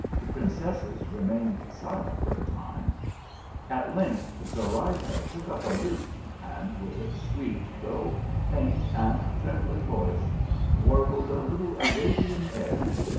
the princesses remained silent for a time at length zorayda took up a lute, and with a sweet, though faint and trembling voice warbled a little arabian air,